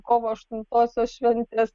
kovo aštuntosios šventės